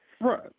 right